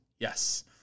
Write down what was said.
Yes